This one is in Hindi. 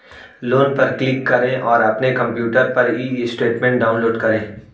लोन पर क्लिक करें और अपने कंप्यूटर पर ई स्टेटमेंट डाउनलोड करें